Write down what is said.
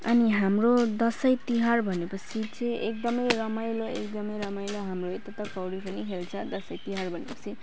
अनि हाम्रो दसैँ तिहार भनेपछि चाहिँ एकदमै रमाइलो एकदमै रमाइलो हाम्रो यता त कौडी पनि खेल्छ दसैँ तिहार भनेपछि